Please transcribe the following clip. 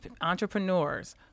entrepreneurs